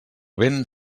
vent